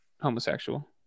homosexual